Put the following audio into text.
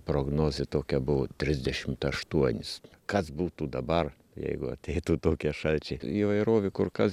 prognozė tokia buvo trisdešimt aštuonis kas būtų dabar jeigu ateitų tokie šalčiai įvairovė kur kas